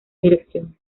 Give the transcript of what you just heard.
dirección